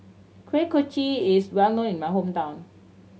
Kuih Kochi is well known in my hometown